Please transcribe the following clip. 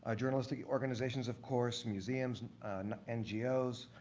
ah journalistic organizations, of course, museums and ngos,